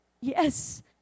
Yes